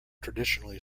traditionally